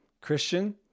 Christian